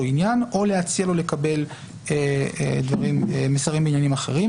עניין או להציע לו לקבל מסרים מעניינים אחרים.